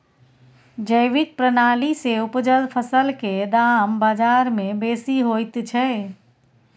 जैविक प्रणाली से उपजल फसल के दाम बाजार में बेसी होयत छै?